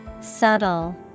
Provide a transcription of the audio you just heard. Subtle